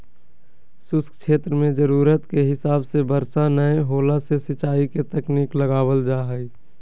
शुष्क क्षेत्र मे जरूरत के हिसाब से बरसा नय होला से सिंचाई के तकनीक लगावल जा हई